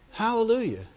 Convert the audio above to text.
hallelujah